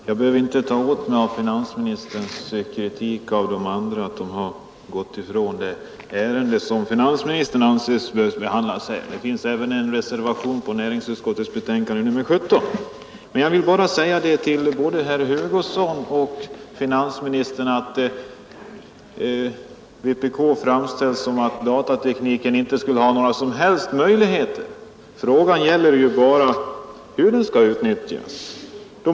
Herr talman! Jag behöver inte ta åt mig finansministerns kritik mot att talarna i denna debatt gått ifrån det ärende som finansministern anser bör behandlas. Det finns även en reservation vid näringsutskottets betänkande nr 17. Herr Hugosson och finansministern framställde det som om vänsterpartiet kommunisterna ville att datatekniken över huvud taget inte skulle få utnyttjas. Frågan gäller bara hur den skall utnyttjas.